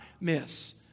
miss